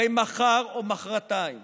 הרי מחר או מוחרתיים